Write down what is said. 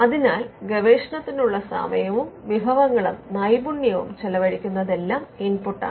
അതിനാൽഗവേഷണത്തിനുള്ള സമയവും വിഭവങ്ങളും നൈപുണ്യവും ചെലവഴിക്കുന്നതെല്ലാം ഇൻപുട്ടാണ്